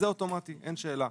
זה אוטומטי, אין שאלה.